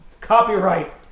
Copyright